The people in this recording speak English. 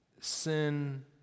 Sin